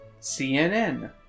CNN